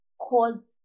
cause